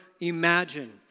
imagine